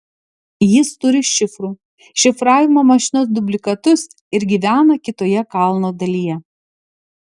jis turi šifrų šifravimo mašinos dublikatus ir gyvena kitoje kalno dalyje